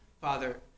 Father